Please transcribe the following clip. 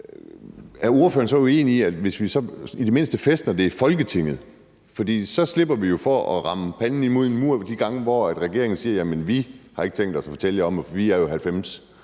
er ordføreren så uenig i, at hvis vi så i det mindste fæstner det i Folketinget, slipper vi for at ramme panden mod en mur de gange, hvor regeringen siger, at vi har ikke tænkt os at fortælle jer om det, for vi er jo 90